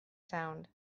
sound